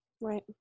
Right